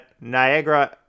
Niagara